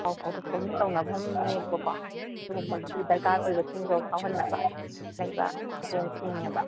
ꯄꯥꯎ ꯐꯥꯎꯗꯣꯛ ꯐꯥꯎꯖꯤꯟ ꯇꯧꯅꯐꯝꯅꯦꯕꯀꯣ ꯑꯗꯨꯒꯨꯝꯕꯒꯤ ꯗꯔꯀꯥꯔ ꯑꯣꯏꯕꯁꯤꯡꯗꯣ ꯐꯥꯎꯍꯟꯅꯕ ꯂꯩꯕ ꯑꯦꯖꯦꯟꯁꯤꯅꯦꯕ